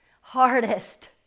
hardest